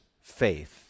faith